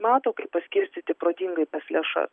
mato kaip paskirstyti protingai tas lėšas